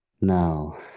Now